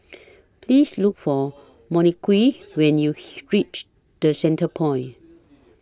Please Look For Monique when YOU REACH The Centrepoint